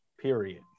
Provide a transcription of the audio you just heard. Period